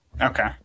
Okay